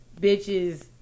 bitches